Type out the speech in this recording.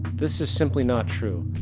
this is simply not true.